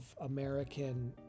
American